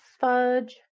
fudge